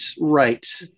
right